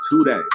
today